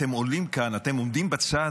אתם עולים לכאן ואתם עומדים בצד